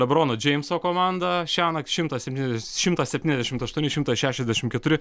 lebrono džeimso komanda šiąnakt šimtas septynišde šimtas septyniasdešimt aštuoni šimtas šešiasdešimt keturi